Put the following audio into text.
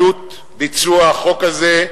עלות ביצוע החוק הזה,